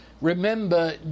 Remember